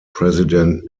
president